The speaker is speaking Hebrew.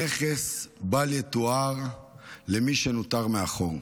נכס בל יתואר למי שנותר מאחור.